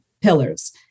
pillars